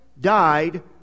Died